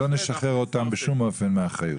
לא נשחרר אותם בשום אופן מהאחריות.